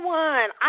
one